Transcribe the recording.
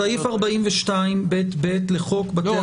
סעיף 42ב(ב) לחוק בתי המשפט.